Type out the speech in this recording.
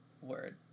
Word